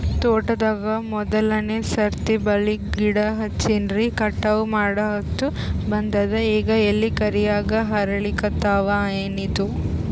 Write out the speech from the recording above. ತೋಟದಾಗ ಮೋದಲನೆ ಸರ್ತಿ ಬಾಳಿ ಗಿಡ ಹಚ್ಚಿನ್ರಿ, ಕಟಾವ ಮಾಡಹೊತ್ತ ಬಂದದ ಈಗ ಎಲಿ ಕರಿಯಾಗಿ ಹರಿಲಿಕತ್ತಾವ, ಏನಿದು?